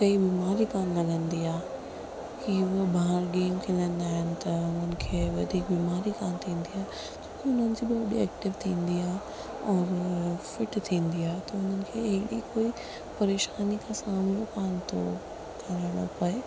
काई बीमारी कोन लॻंदी आहे की उहे ॿार गेम खेॾंदा आहिनि त हुन खे वधीक बीमारी कोन थींदी आ्हे हुननि जी बॉडी एक्टिव थींदी आहे औरि फिट थींदी आहे त हुननि खे एॾी कोई परेशानी खां सामिनो कोन थो करिणो पए